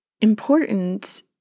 important